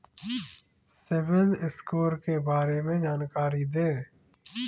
CIBIL score के बारे में जानकारी दें?